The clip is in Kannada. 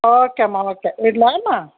ಓಕೆ ಅಮ್ಮ ಓಕೆ ಇಡಲಾ ಅಮ್ಮ